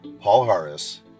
Paul-Harris